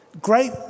great